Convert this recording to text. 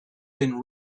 been